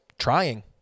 trying